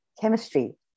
chemistry